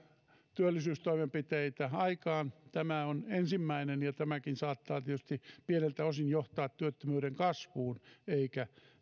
työllisyystoimenpiteitä aikaan tämä on ensimmäinen ja tämäkin saattaa tietysti pieneltä osin johtaa työttömyyden kasvuun eikä